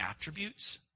attributes